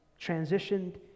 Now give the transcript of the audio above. transitioned